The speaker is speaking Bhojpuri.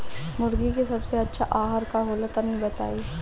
मुर्गी के सबसे अच्छा आहार का होला तनी बताई?